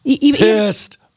pissed